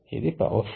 ఇది power full